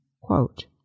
quote